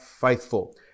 faithful